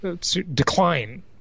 Decline